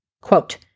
Quote